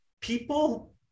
people